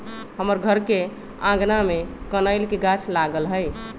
हमर घर के आगना में कनइल के गाछ लागल हइ